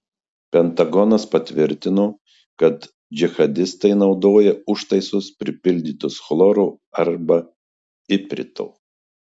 pentagonas patvirtino kad džihadistai naudoja užtaisus pripildytus chloro arba iprito